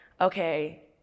okay